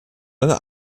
einer